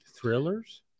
Thrillers